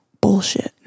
Bullshit